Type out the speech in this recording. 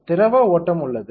திரவ ஓட்டம் உள்ளது